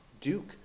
Duke